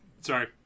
Sorry